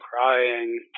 crying